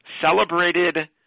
celebrated